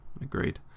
Agreed